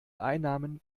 einnahmen